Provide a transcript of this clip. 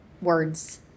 words